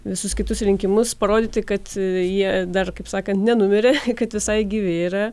visus kitus rinkimus parodyti kad jie dar kaip sakant nenumirė kad visai gyvi yra